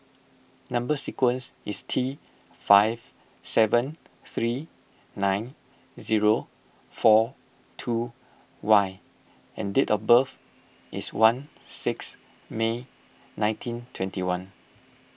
Number Sequence is T five seven three nine zero four two Y and date of birth is one six May nineteen twenty one